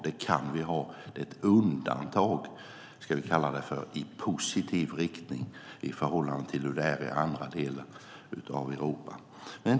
Det är ett undantag, kan vi kalla det för, i positiv riktning i förhållande till hur det är i andra delar av Europa.